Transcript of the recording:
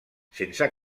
sense